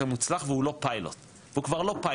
מוצלח והוא לא פיילוט הוא כבר לא פיילוט,